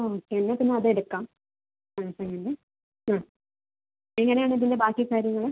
okay എന്നാൽ പിന്നെ അത് എടുക്കാം സാംസങിൻ്റെ എങ്ങനെ ആണ് ഇതിൻ്റ ബാക്കി കാര്യങ്ങൾ